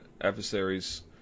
adversaries